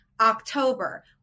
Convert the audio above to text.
October